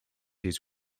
his